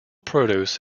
produce